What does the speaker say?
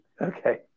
Okay